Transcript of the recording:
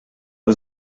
was